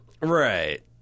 Right